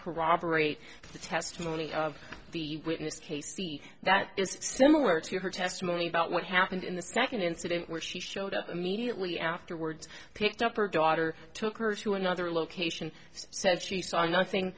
corroborate the testimony of the witness case that is similar to her testimony about what happened in the second incident where she showed up immediately afterwards picked up her daughter took her to another location says she saw nothing